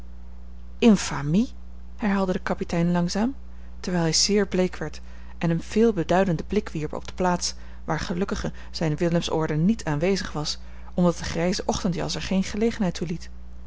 herhaalde de kapitein langzaam terwijl hij zeer bleek werd en een veel beduidenden blik wierp op de plaats waar gelukkig zijne willemsorde niet aanwezig was omdat de grijze ochtendjas er geene gelegenheid toe